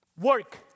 Work